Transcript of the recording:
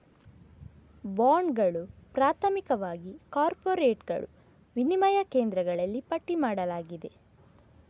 ಬಾಂಡುಗಳು, ಪ್ರಾಥಮಿಕವಾಗಿ ಕಾರ್ಪೊರೇಟುಗಳು, ವಿನಿಮಯ ಕೇಂದ್ರಗಳಲ್ಲಿ ಪಟ್ಟಿ ಮಾಡಲಾಗಿದೆ